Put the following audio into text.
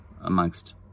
amongst